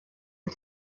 the